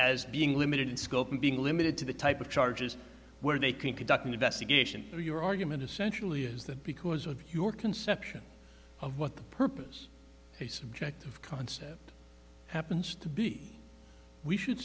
as being limited in scope and being limited to the type of charges where they can conduct an investigation your argument essentially is that because of your conception of what the purpose subjective concept happens to be we should